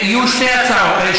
יהיו שתי הצבעות.